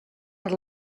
per